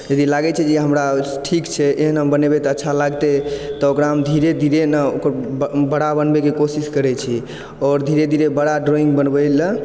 यदि लागय छै जे हमरा ठीक छै एहन हम बनेबय तऽ अच्छा लागतय तऽ ओकरा हम धीरे धीरे न ओकर बड़ा बनबयके कोशिश करैत छी आओर धीरे धीरे बड़ा ड्राइंग बनबयलऽ